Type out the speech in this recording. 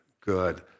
good